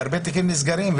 שהרבה תיקים נסגרים,